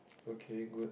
okay good